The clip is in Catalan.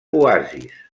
oasis